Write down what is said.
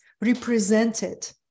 represented